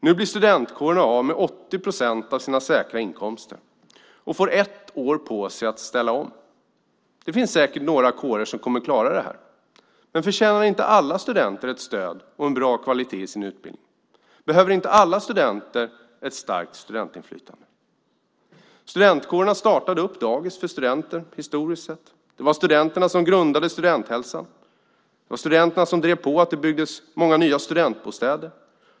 Nu blir studentkårerna av med 80 procent av sina säkra inkomster och får ett år på sig att ställa om. Det finns säkert några kårer som kommer att klara det. Men förtjänar inte alla studenter ett stöd och en bra kvalitet i sin utbildning? Behöver inte alla studenter ett starkt studentinflytande? Studentkårerna startade dagis för studenters barn. Det var studenterna som grundade Studenthälsan. Det var studenterna som drev på så att det byggdes många nya studentbostäder.